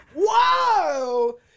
Whoa